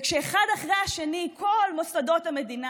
וכשאחד אחרי השני, כל מוסדות המדינה,